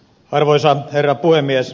arvoisa herra puhemies